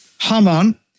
Haman